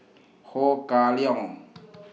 Ho Kah Leong